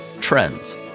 trends